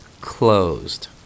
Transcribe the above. closed